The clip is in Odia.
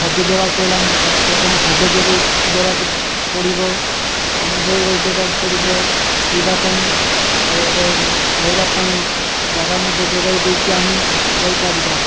ଖାଦ୍ୟ ଦେବାକୁ ହେଲେ ଆମକୁ ପ୍ରଥମେ ଖାଦ୍ୟ ଯୋଗେଇ ଦେବାକୁ ପଡ଼ିବ ପାଣି ଯୋଗାଇ ଦେବାକୁ ପଡ଼ିବ ପିଇବା ପାଇଁ ଆଉ ଏବଂ ରହିବା ପାଇଁ ଜାଗା ମଧ୍ୟ ଯୋଗାଇ ଦେଇକି ଆମେ ଯାଇପାରିବା